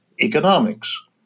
economics